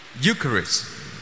Eucharist